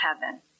heaven